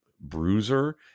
bruiser